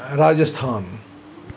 Rajasthan